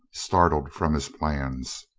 startled from his plans.